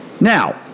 Now